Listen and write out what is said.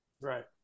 Right